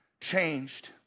changed